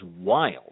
wild